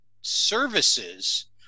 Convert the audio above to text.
services